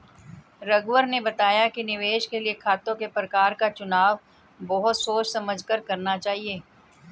रघुवीर ने बताया कि निवेश के लिए खातों के प्रकार का चुनाव बहुत सोच समझ कर करना चाहिए